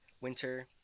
winter